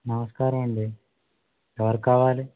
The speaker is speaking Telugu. నమస్కారమండి ఎవరు కావాలి